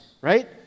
Right